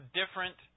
different